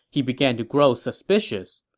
he began to grow suspicious.